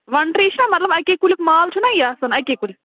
وَن ٹِرٛی چھِنَہ مطلب اَکے کُلیُک مال چھُنَہ یہِ آسان اَکے کُلیہِ